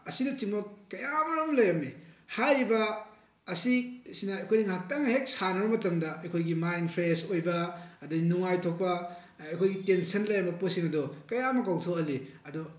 ꯑꯁꯤꯅꯆꯤꯡꯕ ꯀꯌꯥ ꯑꯃꯔꯣꯝ ꯂꯩꯔꯝꯃꯤ ꯍꯥꯏꯔꯤꯕ ꯑꯁꯤꯁꯤꯅ ꯑꯩꯈꯣꯏ ꯉꯥꯛꯇꯪ ꯍꯦꯛ ꯁꯥꯟꯅꯔꯨꯕ ꯃꯇꯝꯗ ꯑꯩꯈꯣꯏꯒꯤ ꯃꯥꯏꯟ ꯐ꯭ꯔꯦꯁ ꯑꯣꯏꯕ ꯑꯗꯒꯤ ꯅꯨꯡꯉꯥꯏꯊꯣꯛꯄ ꯑꯩꯈꯣꯏꯒꯤ ꯇꯦꯟꯁꯟ ꯂꯩꯔꯝꯕ ꯄꯣꯠꯁꯤꯡ ꯑꯗꯣ ꯀꯌꯥ ꯑꯃ ꯀꯥꯎꯊꯣꯛꯍꯜꯂꯤ ꯑꯗꯣ